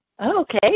Okay